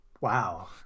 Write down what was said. Wow